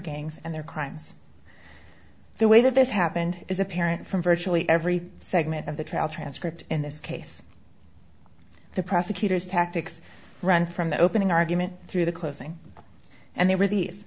gangs and their crimes the way that this happened is apparent from virtually every segment of the trial transcript in this case the prosecutor's tactics run from the opening argument through the closing and they were these